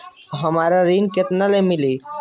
हमरा ऋण केतना ले मिली?